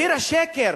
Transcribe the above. מחיר השקר,